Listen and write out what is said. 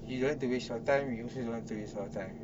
you don't want to waste your time we also don't want to waste our time